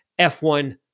F1